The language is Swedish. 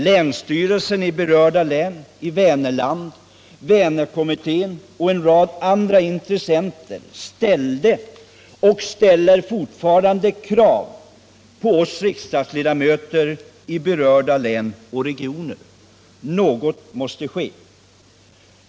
Länsstyrelserna i berörda län i Vänerland, Vänerkommittén och en rad andra intressenter ställde och ställer fortfarande krav på oss riksdagsmän i berörda län och regioner. Något måste ske.